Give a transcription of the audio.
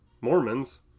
Mormons